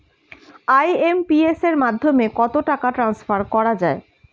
IMPS এর মাধ্যমে কত টাকা ট্রান্সফার করা যায়?